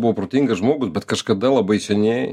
buvo protingas žmogus bet kažkada labai seniai